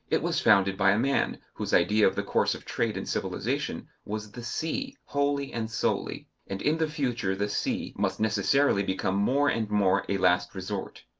it was founded by a man whose idea of the course of trade and civilization was the sea wholly and solely, and in the future the sea must necessarily become more and more a last resort.